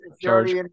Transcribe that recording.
charge